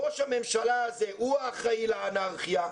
ראש הממשלה הזה הוא האחראי לאנרכיה,